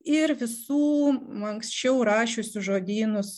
ir visų anksčiau rašiusių žodynus